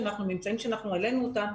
ממצאים שאנחנו העלינו אותם,